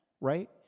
Right